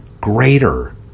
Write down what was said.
greater